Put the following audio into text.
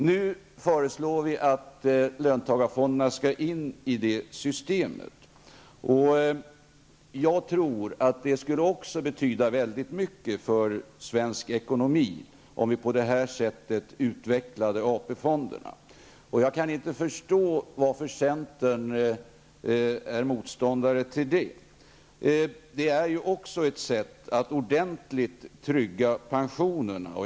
Nu föreslår vi att löntagarfonderna skall in i det systemet. Jag tror att det också skulle betyda väldigt mycket för svensk ekonomi om vi utvecklade AP-fonderna på det sättet. Jag kan inte förstå varför centern är motståndare till det. Det är ju också ett sätt att trygga pensionerna ordentligt.